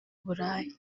burayi